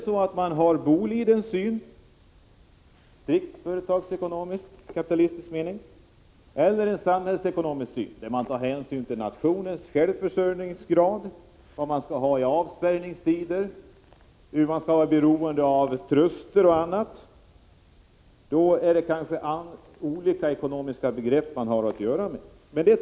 Man kan ha Bolidens syn, strikt företagsekonomisk i kapitalistisk mening, eller en samhällsekonomisk syn, där man tar hänsyn till nationens självförsörjningsgrad, vad man skall ha i avspärrningstider och huruvida man skall vara beroende av truster och annat. Då är det olika ekonomiska begrepp man har att göra med.